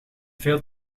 veel